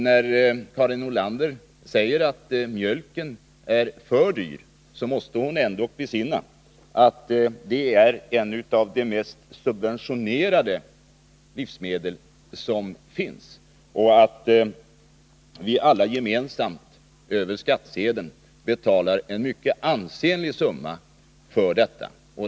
När Karin Nordlander säger att mjölken är för dyr, måste hon ändock besinna att den är ett av de mest subventionerade livsmedel som finns och att vi alla gemensamt över skattsedeln betalar en mycket ansenlig summa för detta.